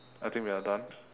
I think we are done